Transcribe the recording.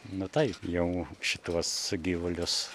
nu taip jau šituos gyvulius